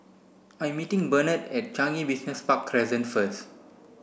I'm meeting Bernard at Changi Business Park Crescent first